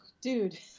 dude